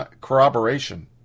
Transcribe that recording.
corroboration